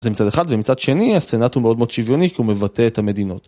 מצד אחד ומצד שני הסנאט הוא מאוד מאוד שוויוני כי הוא מבטא את המדינות.